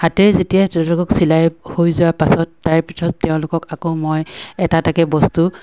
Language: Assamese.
হাতেৰে যেতিয়া তেওঁলোকক চিলাই হৈ যোৱাৰ পাছত তাৰে পিছত তেওঁলোকক আকৌ মই এটা এটাকে বস্তু